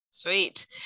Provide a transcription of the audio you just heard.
Sweet